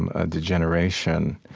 and a degeneration,